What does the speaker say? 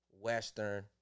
Western